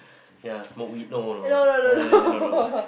ya smoke weed no no no try uh no no